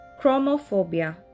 Chromophobia